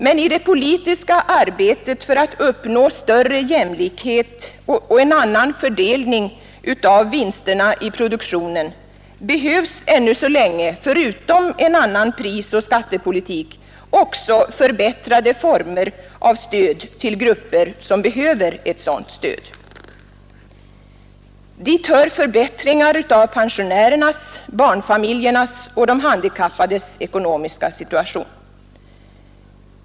Men i det politiska arbetet för att uppnå större jämlikhet och en annan fördelning av vinsterna i produktionen erfordras ännu så länge förutom en annan prisoch skattepolitik också förbättrade former av stöd till grupper som behöver sådant stöd. Dit hör förbättringar av pensionärernas, barnfamiljernas och de handikappades ekonomiska situation.